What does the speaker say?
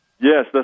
Yes